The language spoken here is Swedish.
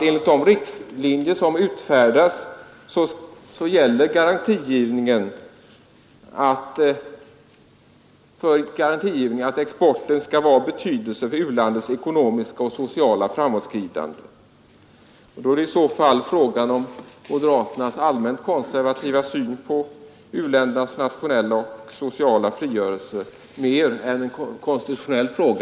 Enligt de riktlinjer som utfärdats gäller för garantigivningen att exporten skall vara av betydelse för u-landets ekonomiska och sociala framåtskridande. I så fall är det mera fråga om moderaternas allmänt konservativa syn på u-ländernas nationella och sociala frigörelse än en konstitutionell fråga.